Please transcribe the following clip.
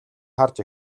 харж